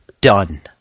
done